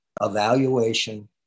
evaluation